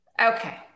Okay